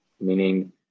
meaning